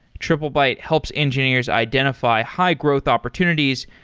triplebyte helps engineers identify high-growth opportunities,